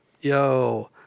Yo